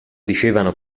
dicevano